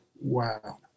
Wow